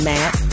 Matt